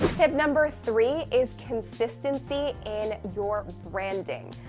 tip number three is consistency in your branding.